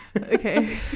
okay